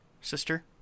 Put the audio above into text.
sister